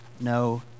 no